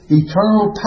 eternal